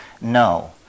no